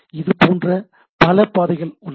இதைப்போல பல பாதைகள் உள்ளன